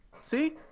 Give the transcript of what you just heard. See